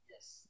yes